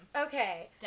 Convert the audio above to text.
Okay